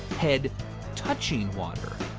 head touching water,